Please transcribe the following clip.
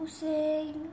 sing